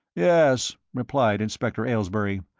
yes, replied inspector aylesbury,